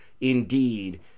indeed